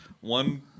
one